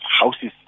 houses